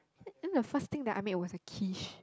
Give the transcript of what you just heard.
in the first thing that I make was the Quiche